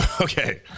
Okay